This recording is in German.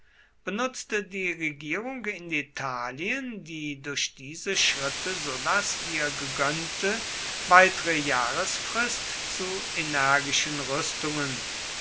benutzte die regierung in italien die durch diese schritte sullas ihr gegönnte weitere jahresfrist zu energischen rüstungen